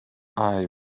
eye